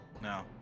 no